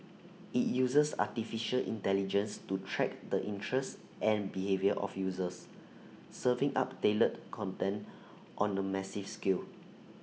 IT uses Artificial Intelligence to track the interests and behaviour of users serving up tailored content on A massive scale